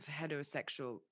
heterosexual